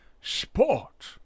sport